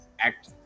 act